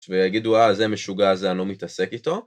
ויגידו, אה, זה משוגע, זה, אני לא מתעסק איתו.